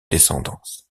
descendance